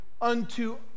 unto